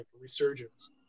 resurgence